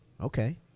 Okay